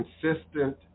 consistent